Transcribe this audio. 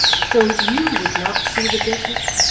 so you would not see the bishop?